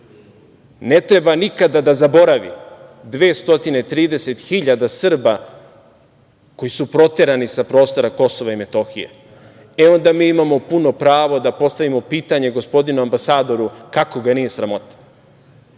ne treba nikada da zaboravi 230.000 Srba koji su proterani sa prostora Kosova i Metohije. Onda mi imamo puno pravo da postavimo pitanje gospodinu ambasadoru, kako ga nije sramota?